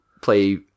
play